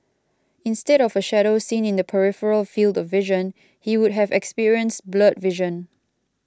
instead of a shadow seen in the peripheral field of vision he would have experienced blurred vision